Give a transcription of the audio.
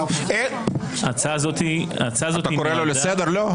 אתה קורא לו לסדר, לא?